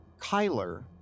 Kyler